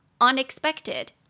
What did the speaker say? Unexpected